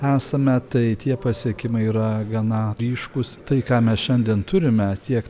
esame tai tie pasiekimai yra gana ryškūs tai ką mes šiandien turime tiek